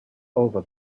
over